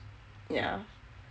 yah